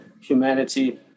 humanity